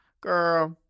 Girl